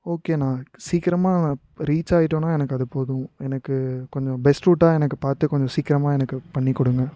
ஓகேண்ணா சீக்கிரமாக ரீச் ஆயிட்டோனா எனக்கு அது போதும் எனக்கு கொஞ்சம் பெஸ்ட் ரூட்டாக எனக்கு பார்த்து கொஞ்சம் சீக்கிரமாக எனக்கு பண்ணிக் கொடுங்க